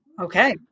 Okay